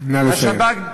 נא לסיים.